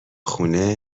خونه